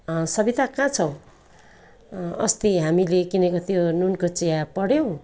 सबिता कहाँ छौ अस्ति हामीले किनेको त्यो नुनको चिया पढ्यौँ